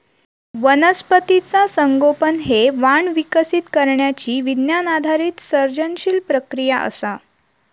वनस्पतीचा संगोपन हे वाण विकसित करण्यची विज्ञान आधारित सर्जनशील प्रक्रिया असा